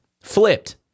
flipped